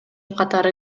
катары